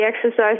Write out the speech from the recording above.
exercise